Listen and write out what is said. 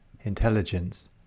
intelligence